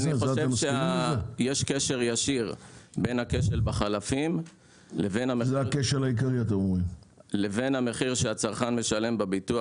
אני חושב שיש קשר ישיר בין הכשל בחלפים לבין המחיר שהצרכן משלם בביטוח,